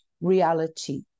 reality